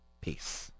peace